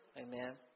Amen